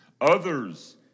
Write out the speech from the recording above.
Others